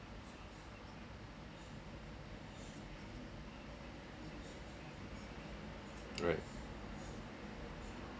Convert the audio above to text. right